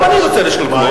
גם אני רוצה, אנחנו